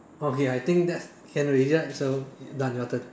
okay I think that's can already right so done your turn